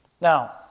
Now